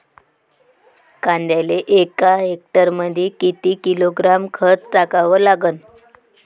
कांद्याले एका हेक्टरमंदी किती किलोग्रॅम खत टाकावं लागन?